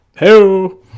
Hello